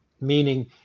Meaning